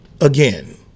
again